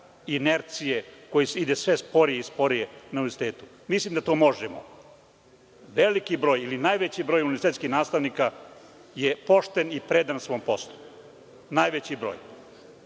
inercije koji ide sve sporije i sporije na univerzitetu. Mislim da to možemo. Veliki broj ili najveći broj univerzitetskih nastavnika je pošten i predan svom poslu, najveći broj.